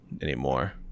anymore